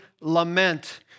lament